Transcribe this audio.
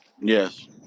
Yes